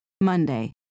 Monday